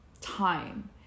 time